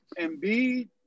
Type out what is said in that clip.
Embiid